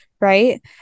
right